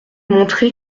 montrer